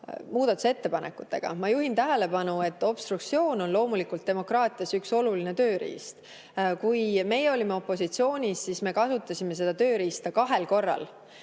muudatusettepanekutega. Ma juhin tähelepanu, et obstruktsioon on loomulikult demokraatias üks oluline tööriist, aga kui meie olime opositsioonis, siis me kasutasime seda tööriista kahel korral